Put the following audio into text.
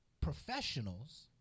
professionals